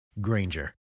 Granger